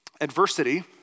adversity